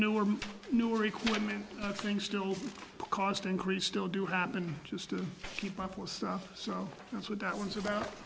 newer newer equipment things don't cost increase still do happen just to keep up with stuff so that's what that one's about